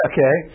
Okay